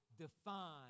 define